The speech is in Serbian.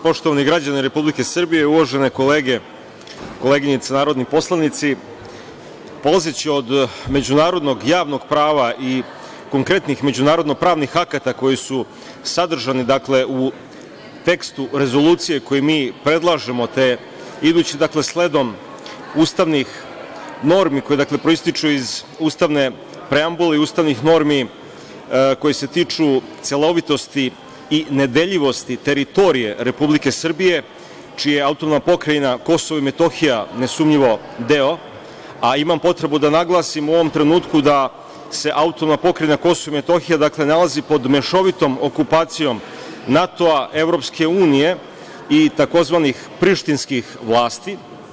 Poštovani građani Republike Srbije, uvažene kolege i koleginice narodni poslanici, polazeći od međunarodnog javnog prava i konkretnih međunarodno pravnih akata koji su sadržani u tekstu rezolucije koju mi predlažemo, te idući sledom ustavnih normi koje proističu iz ustavne preambule i ustavnih normi koje se tiče celovitosti i nedeljivosti teritorije Republike Srbije čija je AP Kosovo i Metohija nesumnjivo deo, a imam potrebu da naglasim u ovom trenutku da se AP Kosovo i Metohija nalazi pod mešovitom okupacijom NATO, EU i tzv. prištinskih vlasti.